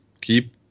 keep